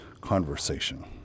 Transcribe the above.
conversation